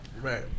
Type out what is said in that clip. Right